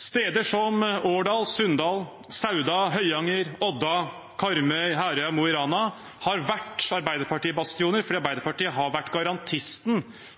Steder som Årdal, Sunndal, Sauda, Høyanger, Odda, Karmøy, Herøya og Mo i Rana har vært Arbeiderparti-bastioner, for Arbeiderpartiet har vært garantisten